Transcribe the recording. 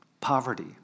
poverty